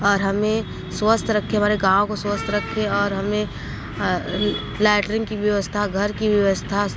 और हमें स्वस्थ रखे हमारे गाँव को स्वस्थ रखे और हमें लैट्रिन की व्यवस्था घर की व्यवस्था